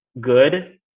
good